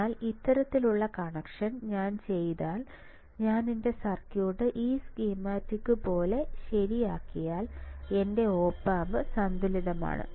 അതിനാൽ ഇത്തരത്തിലുള്ള കണക്ഷൻ ഞാൻ ചെയ്താൽ ഞാൻ എന്റെ സർക്യൂട്ട് ഈ സ്കീമമാറ്റിക്ക് പോലെ ശരിയാക്കിയാൽ എന്റെ ഒപ് ആമ്പ് സന്തുലിതമാണ്